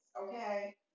Okay